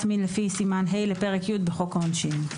מין לפי סימן ה' לפרק י' בחוק העונשין".